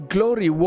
Glory